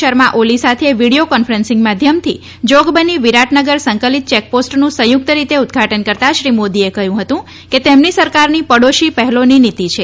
શર્મા ઓલી સાથે video conferencing માધ્યમથી જોગબની વિરાટનગર સંકલિત ચેકપોસ્ટનું સંચુક્ત રીતે ઉદઘાટન કરતાં શ્રી મોદીએ કહ્યું હતુ કે તેમની સરકારની પડોશી પહેલની નીતી છે